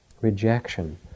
rejection